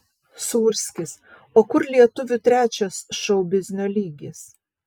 sūrskis o kur lietuvių trečias šou biznio lygis